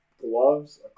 gloves